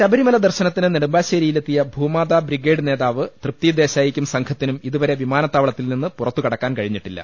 ശബരിമല ദർശനത്തിന് നെടുമ്പാശ്ശേരിയിലെത്തിയ ഭൂമാതാ ബ്രിഗേഡ് നേതാവ് തൃപ്തി ദേശായിക്കും സംഘത്തിനും ഇതു വരെ വിമാനത്താവളത്തിന് പുറത്തു കടക്കാൻ കഴിഞ്ഞിട്ടില്ല